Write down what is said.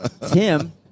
Tim